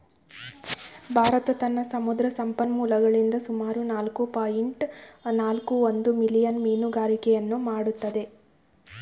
ಭಾರತ ತನ್ನ ಸಮುದ್ರ ಸಂಪನ್ಮೂಲಗಳಿಂದ ಸುಮಾರು ನಾಲ್ಕು ಪಾಯಿಂಟ್ ನಾಲ್ಕು ಒಂದು ಮಿಲಿಯನ್ ಮೀನುಗಾರಿಕೆಯನ್ನು ಮಾಡತ್ತದೆ